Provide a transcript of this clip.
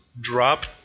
drop